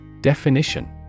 Definition